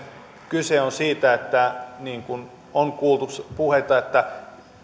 kyse on siitä niin kuin on kuultu puheita että